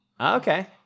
Okay